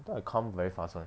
thought I come very fast [one]